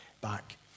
back